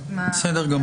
בסדר גמור.